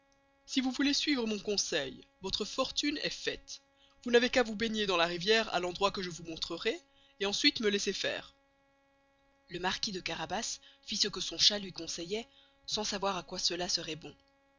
si vous voulez suivre mon conseil vostre fortune est faite vous n'avez qu'à vous baigner dans la riviere à l'endroit que je vous montreray et ensuite me laisser faire le marquis de carabas fit ce que son chat luy conseilloit sans sçavoir à quoy cela seroit bon